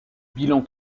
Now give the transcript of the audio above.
bilan